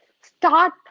start